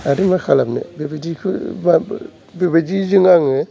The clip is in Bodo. आरो मा खालामनो बिबादिखौबाबो बिबादिजों आङो